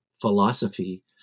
philosophy